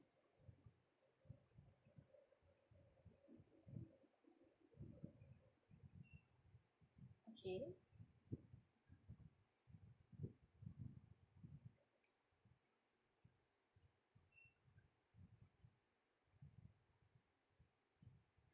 okay